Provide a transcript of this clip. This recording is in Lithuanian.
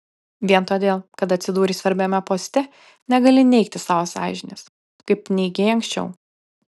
vien todėl kad atsidūrei svarbiame poste negali neigti savo sąžinės kaip neigei anksčiau